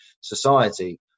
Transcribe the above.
society